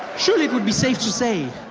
surely it would be safe to say.